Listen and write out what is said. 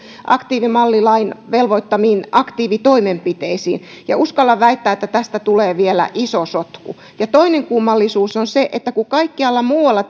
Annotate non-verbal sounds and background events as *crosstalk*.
aktiivimallilain velvoittamiin aktiivitoimenpiteisiin ja uskallan väittää että tästä tulee vielä iso sotku toinen kummallisuus on se että kun kaikkialla muualla *unintelligible*